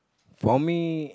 for me